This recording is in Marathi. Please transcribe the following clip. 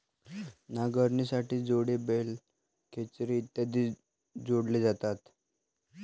नांगरणीसाठी घोडे, बैल, खेचरे इत्यादी जोडले जातात